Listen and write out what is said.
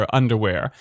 underwear